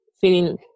feeling